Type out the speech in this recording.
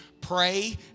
Pray